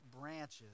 branches